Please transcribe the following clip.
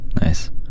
Nice